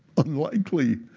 unlikely.